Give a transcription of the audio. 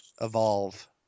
evolve